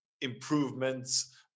improvements